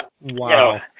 Wow